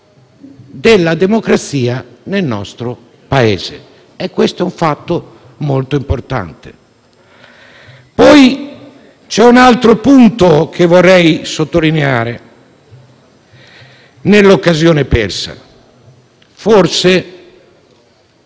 della democrazia nel nostro Paese. È un fatto molto importante. C'è un altro punto che vorrei sottolineare, nell'occasione persa: forse